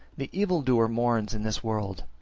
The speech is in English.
the evil-doer mourns in this world,